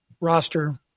roster